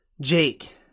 Jake